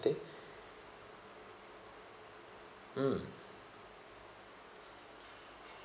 mm